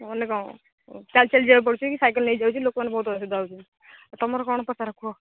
ମାନେ କ'ଣ ଚାଲି ଚାଲିଯିବାକୁ ପଡ଼ୁଛି କି ସାଇକେଲ ନେଇଯାଉଛି ଲୋକମାନେ ବହୁତ ଅସୁବିଧା ହେଉଛି ଆଉ ତୁମର କ'ଣ ଦରକାର କୁହ